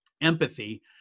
empathy